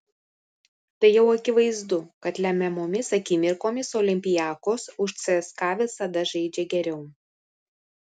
tai jau akivaizdu kad lemiamomis akimirkomis olympiakos už cska visada žaidžia geriau